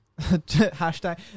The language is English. hashtag